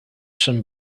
some